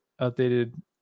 Updated